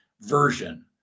version